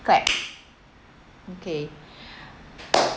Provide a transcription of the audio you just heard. clap okay